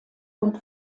und